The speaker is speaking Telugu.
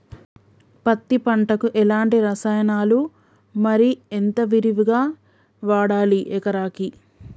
పత్తి పంటకు ఎలాంటి రసాయనాలు మరి ఎంత విరివిగా వాడాలి ఎకరాకి?